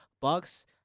Bucks